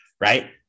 right